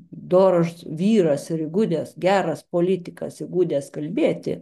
doras vyras ir įgudęs geras politikas įgudęs kalbėti